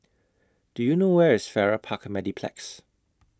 Do YOU know Where IS Farrer Park Mediplex